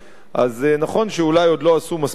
אז נכון שאולי עוד לא עשו מספיק יחסי